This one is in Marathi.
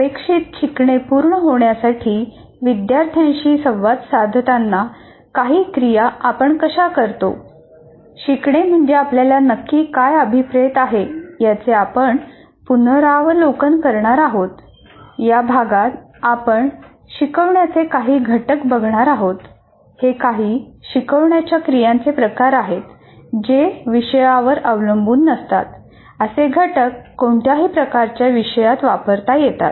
अपेक्षित शिकणे पूर्ण होण्यासाठी विद्यार्थ्यांशी संवाद साधताना काही क्रिया आपण कशा करतो